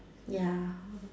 ya